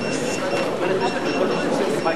אין בעד ונמנע